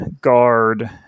guard